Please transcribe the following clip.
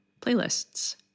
playlists